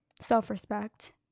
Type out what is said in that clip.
self-respect